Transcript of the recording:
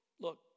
Look